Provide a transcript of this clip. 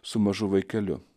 su mažu vaikeliu